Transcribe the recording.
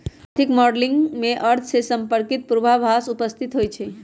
आर्थिक मॉडलिंग में अर्थ से संपर्कित पूर्वाभास उपस्थित होइ छइ